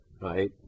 right